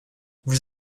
vous